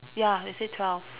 ya they say twelve